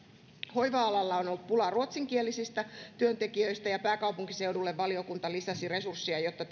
hoiva alalla on ollut pulaa ruotsinkielisistä työntekijöistä ja pääkaupunkiseudulle valiokunta lisäsi resurssia jotta